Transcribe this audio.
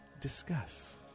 discuss